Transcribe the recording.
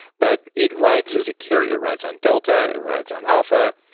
but it rides as a carrier. it rides on delta. it rides on alpha.